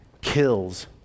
kills